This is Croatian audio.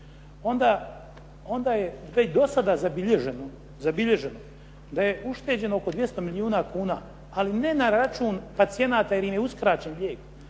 onda je već do sada zabilježeno da je ušteđeno oko 200 milijuna kuna, ali ne na račun pacijenata jer im je uskraćen lijek,